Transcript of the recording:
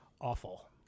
awful